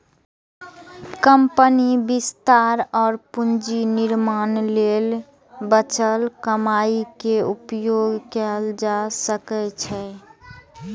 कंपनीक विस्तार और पूंजी निर्माण लेल बचल कमाइ के उपयोग कैल जा सकै छै